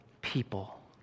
people